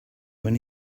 when